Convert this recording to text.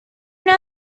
know